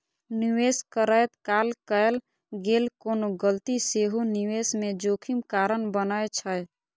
निवेश करैत काल कैल गेल कोनो गलती सेहो निवेश मे जोखिम कारण बनै छै